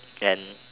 and